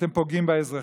אתם פוגעים באזרחים,